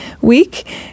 week